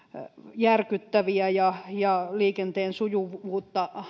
järkyttäviä ja ja liikenteen sujuvuutta